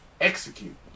execute